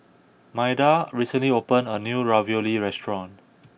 Maida recently opened a new Ravioli restaurant